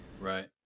right